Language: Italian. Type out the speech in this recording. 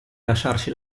lasciarci